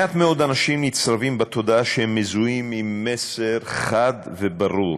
מעט מאוד אנשים נצרבים בתודעה שהם מזוהים עם מסר חד וברור,